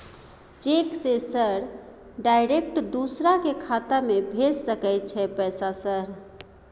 Cheque से sir direct दूसरा के खाता में भेज सके छै पैसा सर?